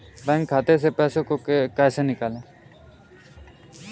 Bank खाते से पैसे को कैसे निकालें?